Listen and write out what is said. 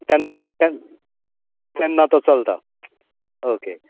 तेन्ना ते तेन्ना तो चलता ओके